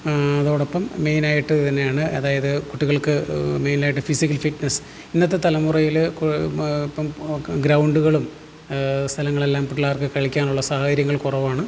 അതോടൊപ്പം മെയിനായിട്ട് ഇതെന്നെയാണ് അതായത് കുട്ടികൾക്ക് മെയിനായിട്ട് ഫിസിക്കൽ ഫിറ്റ്നസ്സ് ഇന്നത്തെ തലമുറയില് കോ ഇപ്പം ഗ്രൗണ്ട്കളും സ്ഥലങ്ങളെല്ലാം പിള്ളേർക്ക് കളിക്കാനുള്ള സാഹചര്യങ്ങൾ കുറവാണ്